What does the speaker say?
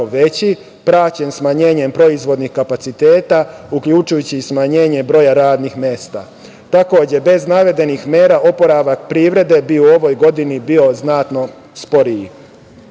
veći, praćen smanjenjem proizvodnih kapaciteta, uključujući i smanjenje broja radnih mesta. Takođe, bez navedenih mera oporavak privrede bi u ovoj godini bio znatno